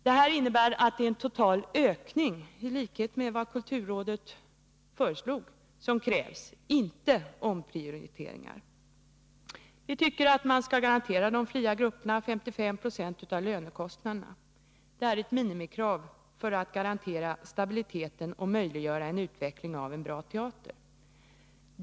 Det innebär — i likhet med vad kulturrådet föreslog — att det krävs en total ökning, inte omprioriteringar. Vi tycker att man skall garantera de fria grupperna 55 96 av lönekostnaderna. Det är ett minimikrav för att garantera stabiliteten och möjliggöra utvecklingen av en bra teater.